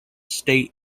state